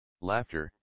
Laughter